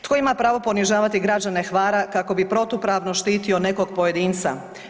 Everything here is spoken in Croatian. Tko ima pravo ponižavate građane Hvara kako bi protupravno štitio nekog pojedinca?